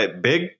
big